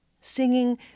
singing